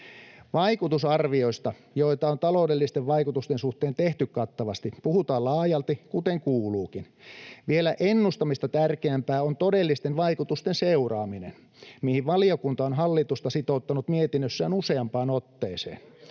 Vaikutusarvioista, joita on taloudellisten vaikutusten suhteen tehty kattavasti, puhutaan laajalti, kuten kuuluukin. Vielä ennustamista tärkeämpää on todellisten vaikutusten seuraaminen, mihin valiokunta on hallitusta sitouttanut mietinnössään useampaan otteeseen.